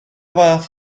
fath